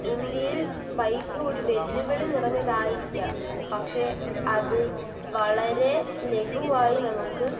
ഇന്ത്യയിൽ ബൈക്ക് ഒരു വെല്ലുവിളി നിറഞ്ഞതായിരിക്കാം പക്ഷെ അത് വളരെ ലഘുവായി നമുക്ക്